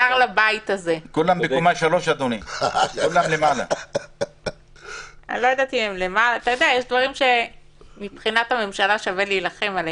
בקומה 3. יש דברים שמבחינת הממשלה שווה להילחם עליהם.